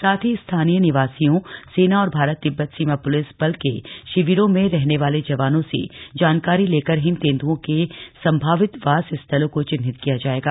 साथ ही स्थानीय निवासियों सेना और भारत तिब्बत सीमा प्लिस बल के शिविरों में रहने वाले जवानों से जानकारी लेकर हिम तेन्द्रों के संभावित वास स्थलों को चिन्हित किया जाएगा